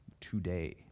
today